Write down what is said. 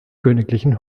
königlichen